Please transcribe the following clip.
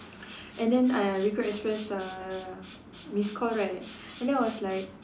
and then uh recruit express uh miss call right and then I was like